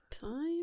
time